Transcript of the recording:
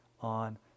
on